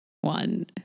one